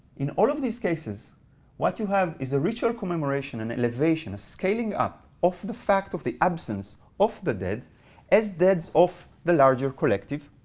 in all of these cases what you have is a ritual commemoration and elevation of scaling up of the fact of the absence of the dead as deads of the larger collective,